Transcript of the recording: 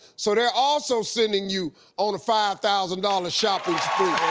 so they're also sending you on a five thousand dollars shopping